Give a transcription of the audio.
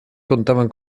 contaban